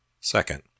Second